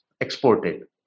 exported